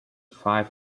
five